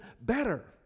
better